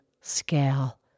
scale